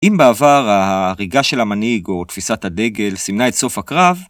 אם בעבר ההריגה של המנהיג או תפיסת הדגל סימנה את סוף הקרב